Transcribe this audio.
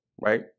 right